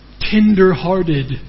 Tender-hearted